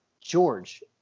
George